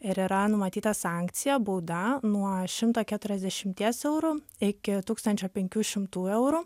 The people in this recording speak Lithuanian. ir yra numatyta sankcija bauda nuo šimto keturiasdešimties eurų iki tūkstančio penkių šimtų eurų